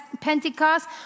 Pentecost